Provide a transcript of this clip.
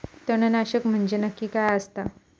तणनाशक म्हंजे नक्की काय असता?